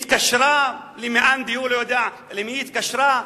התקשרה למאן דהוא, לא יודע למי התקשרה.